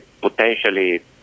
potentially